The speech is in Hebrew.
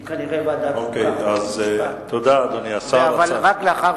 היא כנראה ועדת החוקה, חוק ומשפט, אבל רק לאחר